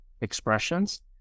expressions